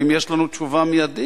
האם יש לנו תשובה מיידית?